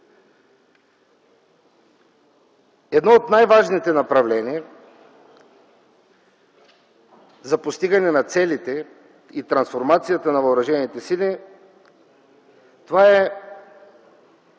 Едно от най-важните направления за постигане на целите и трансформацията на въоръжените сили това е